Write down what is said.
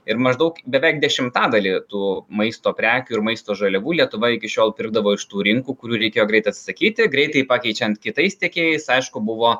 ir maždaug beveik dešimtadalį tų maisto prekių ir maisto žaliavų lietuva iki šiol pirkdavo iš tų rinkų kurių reikėjo greit atsisakyti greitai pakeičiant kitais tiekėjais aišku buvo